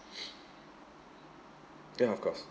ya of course